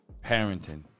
parenting